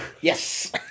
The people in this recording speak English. Yes